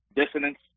dissonance